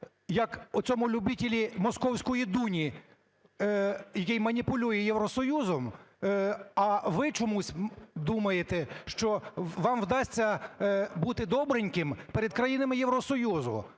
як в оцьому любителю московської Дуні, який маніпулює Євросоюзом, а ви чомусь думаєте, що вам вдасться бути добреньким перед країнами Євросоюзу.